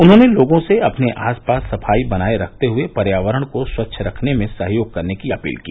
उन्होंने लोगों से अपने आस पास सफाई बनाए रखते हुए पर्यावरण को स्वच्छ रखने में सहयोग करने की अपील की